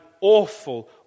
awful